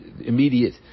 immediate